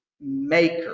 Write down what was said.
maker